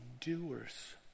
doers